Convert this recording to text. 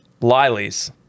lilies